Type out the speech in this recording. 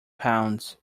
pounds